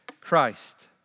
Christ